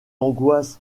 angoisse